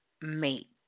mate